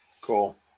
Cool